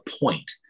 point